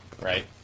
right